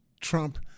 Trump